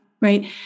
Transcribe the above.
right